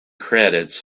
credits